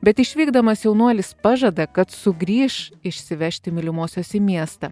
bet išvykdamas jaunuolis pažada kad sugrįš išsivežti mylimosios į miestą